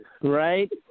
Right